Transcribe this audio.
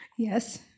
Yes